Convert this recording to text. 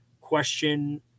question